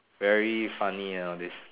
very funny ah all these